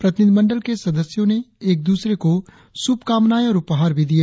प्रतिनिधिमंडल के सदस्यों ने एक द्रसरे को शुभकामनाएं और उपहार भी दिए